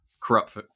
corrupt